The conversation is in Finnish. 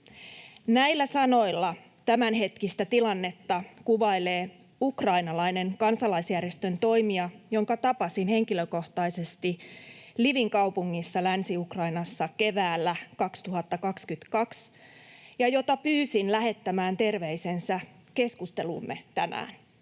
Näillä sanoilla tämänhetkistä tilannetta kuvailee ukrainalainen kansalaisjärjestön toimija, jonka tapasin henkilökohtaisesti Lvivin kaupungissa Länsi-Ukrainassa keväällä 2022 ja jota pyysin lähettämään terveisensä keskusteluumme tänään.